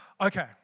Okay